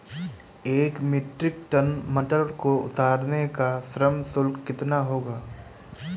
एक metric tonne टमाटर को उतारने का श्रम शुल्क कितना होगा?